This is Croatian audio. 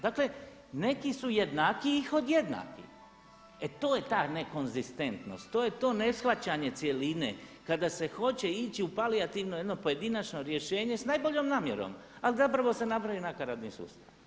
Dakle, neki su jednakiji od jednakih e to je ta nekonzistentnost, to je to neshvaćanje cjeline kada se hoće ići u palijativno jedno pojedinačno rješenje s najboljom namjerom, a zapravo se napravi nakaradni sustav.